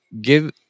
Give